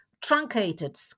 truncated